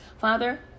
Father